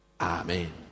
Amen